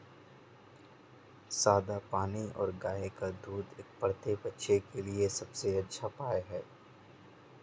सादा पानी और गाय का दूध एक बढ़ते बच्चे के लिए सबसे अच्छा पेय हैं